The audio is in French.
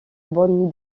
bande